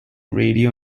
radio